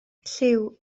lliw